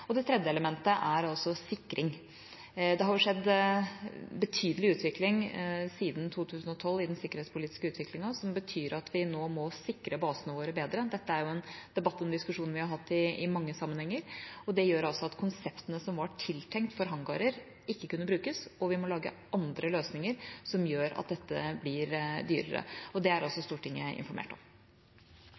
2012. Det tredje elementet er sikring. Det har skjedd en betydelig utvikling siden 2012 i den sikkerhetspolitiske utviklingen, som betyr at vi nå må sikre basene våre bedre. Dette er jo en debatt og en diskusjon vi har hatt i mange sammenhenger. Det gjør også at konseptene som var tiltenkt for hangarer, ikke kunne brukes, og at vi må lage andre løsninger, som gjør at dette blir dyrere. Og det er også Stortinget informert om.